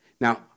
Now